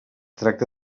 tracta